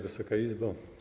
Wysoka Izbo!